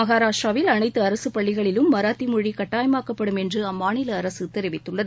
மகாராஷ்ட்ராவில் அனைத்து அரசுப் பள்ளிகளிலும் மராத்தி மொழி கட்டாயமாக்கப்படும் என்று அம்மாநில அரசு தெரிவித்துள்ளது